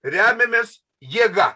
remiamės jėga